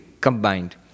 combined